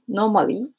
normally